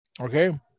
Okay